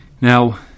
Now